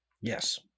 Yes